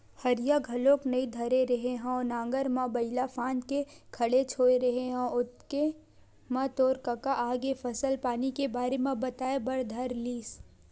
हरिया घलोक नइ धरे रेहे हँव नांगर म बइला फांद के खड़ेच होय रेहे हँव ओतके म तोर कका आगे फसल पानी के बारे म बताए बर धर लिस